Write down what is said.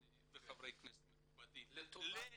וחברי הכנסת המכובדים --- לטובת העולים.